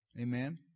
Amen